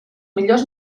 millors